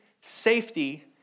safety